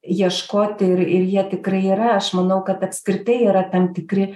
ieškoti ir ir jie tikrai yra aš manau kad apskritai yra tam tikri